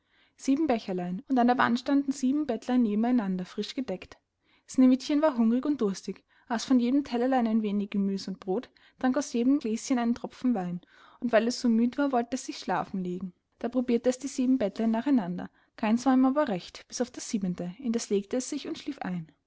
sieben becherlein und an der wand standen sieben bettlein neben einander frisch gedeckt sneewittchen war hungrig und durstig aß von jedem tellerlein ein wenig gemüs und brod trank aus jedem gläschen einen tropfen wein und weil es so müd war wollte es sich schlafen legen da probirte es die sieben bettlein nach einander keins war ihm aber recht bis auf das siebente in das legte es sich und schlief ein